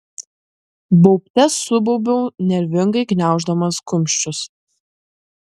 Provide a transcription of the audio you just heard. baubte subaubiau nervingai gniauždamas kumščius